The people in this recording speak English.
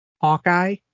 Hawkeye